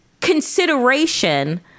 consideration